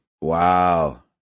Wow